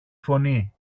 φωνή